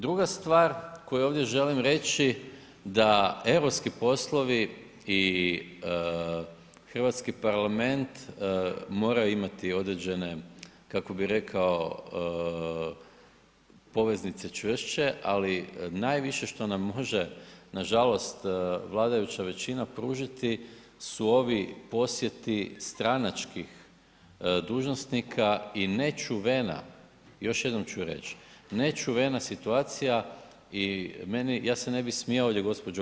Druga stvar koju ovdje želim reći da europski poslovi i Hrvatski parlament moraju imati određene, kako bi rekao, poveznice čvršće, ali najviše što nam može nažalost vladajuća većina pružiti su ovi posjeti stranačkih dužnosnika i nečuvena i još jednom ću reć nečuvena situacija i meni, ja se ne bi smijao ovdje gđo.